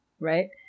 Right